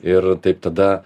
ir taip tada